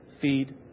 feed